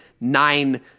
nine